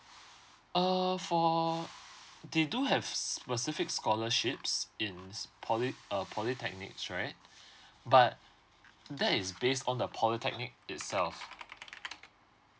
uh for they do have specific scholarships in poly uh polytechnics right but that is based on the polytechnic itself